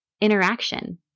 interaction